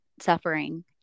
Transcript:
suffering